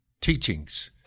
teachings